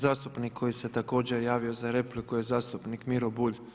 Zastupnik koji se također javio za repliku je zastupnik Miro Bulj.